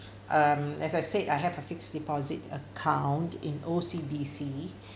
um as I said I have a fixed deposit account in O_C_B_C